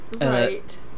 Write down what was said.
Right